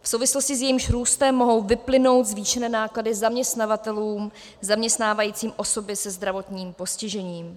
V souvislosti s jejím růstem mohou vyplynout zvýšené náklady zaměstnavatelům zaměstnávajícím osoby se zdravotním postižením.